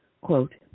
Quote